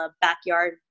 backyard